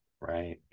Right